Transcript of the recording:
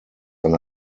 eine